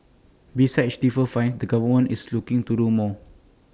besides stiffer fines the government is looking to do more